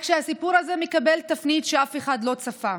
רק שהסיפור הזה מקבל תפנית שאף אחד לא צפה: